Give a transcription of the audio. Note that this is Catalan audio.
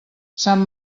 sant